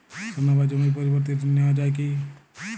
সোনা বা জমির পরিবর্তে ঋণ নেওয়া যায় কী?